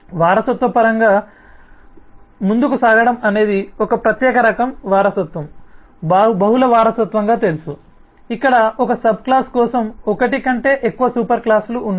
వారసత్వ పరంగా ముందుకు సాగడం అనేది ఒక ప్రత్యేక రకం వారసత్వం బహుళ వారసత్వంగా తెలుసు ఇక్కడ ఒక సబ్ క్లాస్ కోసం ఒకటి కంటే ఎక్కువ సూపర్ క్లాస్ ఉన్నాయి